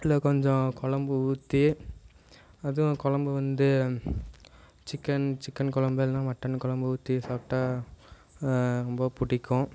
அதில் கொஞ்சம் குழம்பு ஊற்றி அதுவும் குழம்பு வந்து சிக்கன் சிக்கன் குழம்பு இல்லைனா மட்டன் குழம்பு ஊத்தி சாப்பிட்டா ரொம்ப பிடிக்கும்